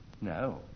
No